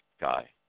guy